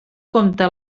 compte